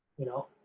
you know,